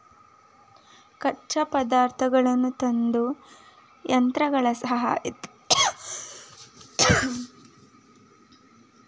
ಕಚ್ಚಾ ಪದಾರ್ಥಗಳನ್ನು ತಂದು, ಯಂತ್ರಗಳ ಸಹಾಯದಿಂದ ಅವುಗಳನ್ನು ಸಂಸ್ಕರಿಸಿ ಪ್ಯಾಕಿಂಗ್ ಮಾಡಿ ಮಾರುಕಟ್ಟೆಗಳಲ್ಲಿ ಮಾರಾಟ ಮಾಡ್ತರೆ